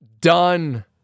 done